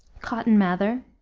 cotton mather,